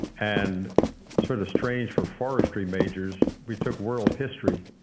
and sort of strange for forestry majors, we took world history